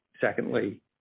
secondly